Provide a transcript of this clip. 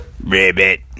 Ribbit